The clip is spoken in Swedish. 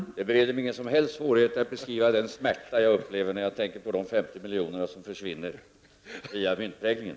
Herr talman! Det bereder mig ingen som helst svårighet att beskriva den smärta som jag upplever när jag tänker på de 50 miljoner som försvinner via myntläggningen.